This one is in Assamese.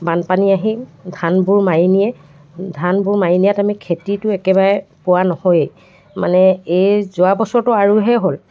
বানপানী আহি ধানবোৰ মাৰি নিয়ে ধানবোৰ মাৰি নিয়াত আমি খেতিটো একেবাৰে পোৱা নহয়েই মানে এই যোৱা বছৰটো আৰুহে হ'ল